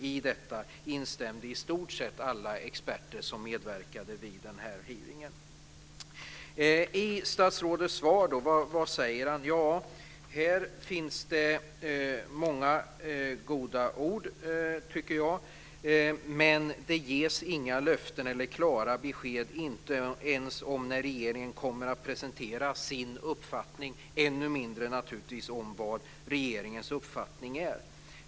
I detta instämde i stort sätt alla experter som medverkade vid denna hearing. Vad säger statsrådet i sitt svar? Här finns det många goda ord, tycker jag. Men det ges inga löften eller klara besked, inte ens om när regeringen kommer att presentera sin uppfattning, och ännu mindre naturligtvis om vad regeringens uppfattning är.